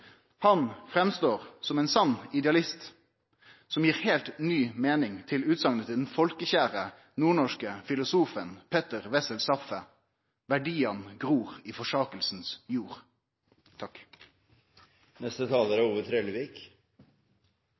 Han står fram som ein sann idealist, som gir heilt ny meining til fråsegna til den folkekjære, nordnorske filosofen Peter Wessel Zapffe: «Verdiene gror i forsakelsens jord.»